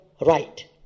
right